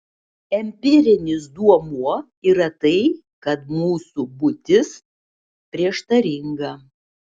empirinis duomuo yra tai kad mūsų būtis prieštaringa